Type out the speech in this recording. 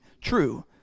true